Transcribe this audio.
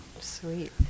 Sweet